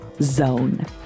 .zone